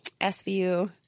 SVU